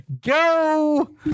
Go